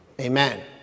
Amen